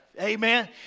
Amen